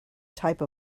type